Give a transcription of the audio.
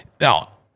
Now